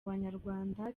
banyarwanda